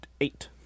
eight